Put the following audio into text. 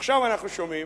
עכשיו אנחנו שומעים,